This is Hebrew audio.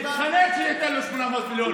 התחנן שייתן לו 800 מיליון